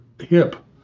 hip